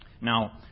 Now